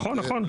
נכון, נכון.